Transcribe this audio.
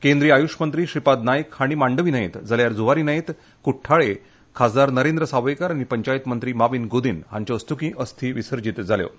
केंद्रीय आयुश मंत्री श्रीपाद नायक हांणी मांडवी न्हंयेत जाल्यार जुवारी न्हंयत कुड्ठाळे खासदार नरेंद्र सावयकार आनी पंचायत मंत्री माविन गुदिन्हो हांचे हस्तुकीं अस्थी विसर्जित केल्यो